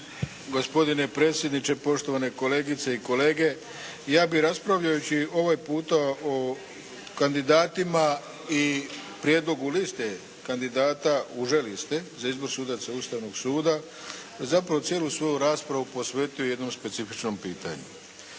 Gospodine predsjedniče, poštovane kolegice i kolege. Ja bih raspravljajući ovaj puta o kandidatima i prijedlogu liste kandidata, uže liste, za izbor sudaca Ustavnog suda zapravo cijelu svoju raspravu posvetio jednom specifičnom pitanju.